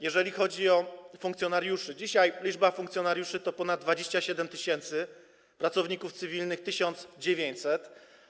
Jeżeli chodzi o funkcjonariuszy, dzisiaj liczba funkcjonariuszy to ponad 27 tys., pracowników cywilnych - 1900.